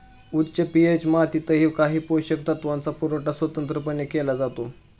उच्च पी.एच मातीतही काही पोषक तत्वांचा पुरवठा स्वतंत्रपणे केला जातो